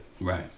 Right